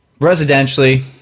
Residentially